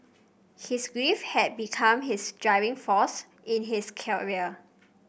his grief had become his driving force in his career